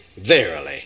verily